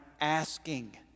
asking